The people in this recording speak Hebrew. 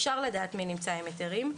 אפשר לדעת מי נמצא עם היתרים.